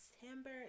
December